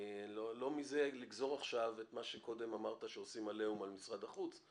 לא מזה לגזור עכשיו את מה שקודם אמרת שעושים "עליהום" על משרד החוץ,